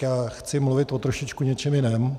Já chci mluvit o trošičku něčem jiném.